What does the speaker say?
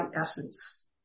essence